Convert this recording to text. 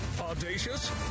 Audacious